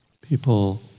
people